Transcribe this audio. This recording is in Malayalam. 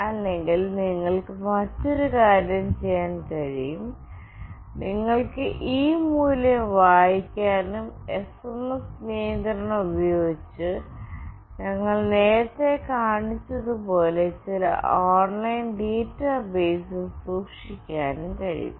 അല്ലെങ്കിൽ നിങ്ങൾക്ക് മറ്റൊരു കാര്യം ചെയ്യാൻ കഴിയും നിങ്ങൾക്ക് ഈ മൂല്യം വായിക്കാനും എസ്എംഎസ് നിയന്ത്രണം ഉപയോഗിച്ച് ഞങ്ങൾ നേരത്തെ കാണിച്ചതുപോലെ ചില ഓൺലൈൻ ഡാറ്റാബേസിൽ സൂക്ഷിക്കാനും കഴിയും